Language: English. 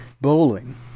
bowling